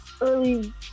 early